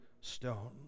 stone